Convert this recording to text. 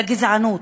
לגזענות,